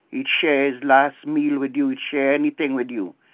he'd share his last meal with you, would share anything with you.